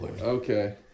Okay